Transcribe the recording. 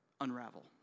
unravel